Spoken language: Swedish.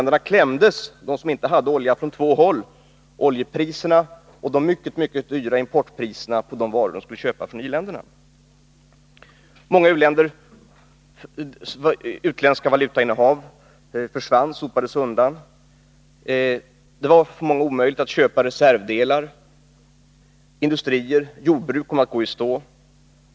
De u-länder som inte hade olja klämdes från två håll — av oljepriserna och de mycket höga importpriserna på de varor som de skulle köpa från i-länderna. Många u-länders utländska valutainnehav sopades undan. Det var för många u-länder omöjligt att köpa reservdelar. Industrier och jordbruk kom att gå i stå.